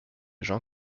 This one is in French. jean